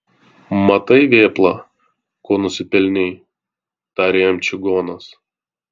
matai vėpla ko nusipelnei tarė jam čigonas